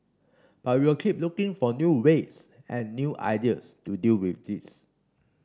but we will keep looking for new ways and new ideas to deal with this